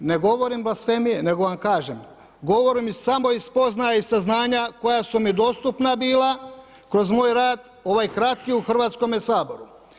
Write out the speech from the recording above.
Ne govorimo blasfemije nego vam kažem, govorimo samo iz spoznaje i saznanja koja su mi dostupna bila kroz moj rad ovaj kratki u Hrvatskome saboru.